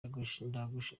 ntagushidikanya